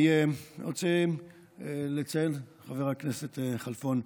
אני רוצה לציין, חבר הכנסת כלפון,